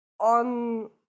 on